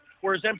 Whereas